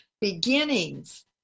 Beginnings